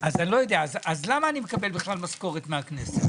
אני לא יודע למה אני מקבל בכלל משכורת מהכנסת,